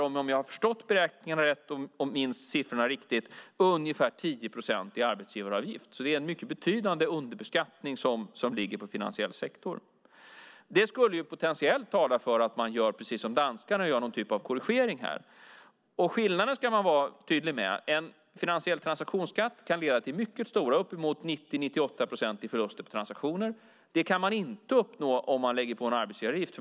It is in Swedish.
Om jag har förstått beräkningarna rätt och minns siffrorna riktigt handlar det om ungefär 10 procent i arbetsgivaravgift. Det är alltså en mycket betydande underbeskattning som ligger på finansiell sektor. Det skulle tala för att man precis som danskarna gör någon typ av korrigering. Man ska vara tydlig med skillnaderna. En finansiell transaktionsskatt kan leda till mycket stora förluster på transaktioner - 90-98 procent. Det kan man inte uppnå om man lägger på en arbetsgivaravgift.